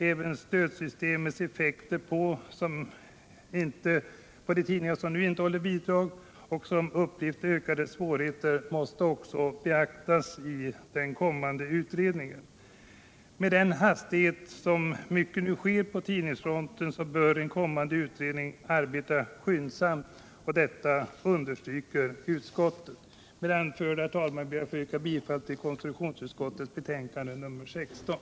Även stödsystemets effekter på de tidningar som nu inte erhåller bidrag och som har upplevt ökade svårigheter måste beaktas av den kommande utredningen. Mycket av det som nu händer på tidningsfronten sker så hastigt att den kommande utredningen bör arbeta skyndsamt. Detta understryker också utskottet. Med det anförda, herr talman, yrkar jag bifall till utskottets hemställan i konstitutionsutskottets betänkande nr 16.